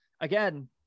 Again